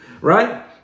right